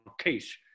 case